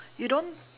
you don't